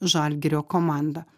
žalgirio komandą